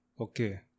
Okay